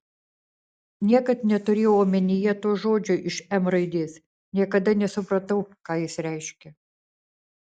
niekad neturėjau omenyje to žodžio iš m raidės niekada nesupratau ką jis reiškia